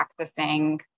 accessing